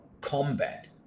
combat